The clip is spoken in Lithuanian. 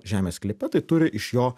žemės sklype tai turi iš jo